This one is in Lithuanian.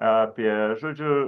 apie žodžiu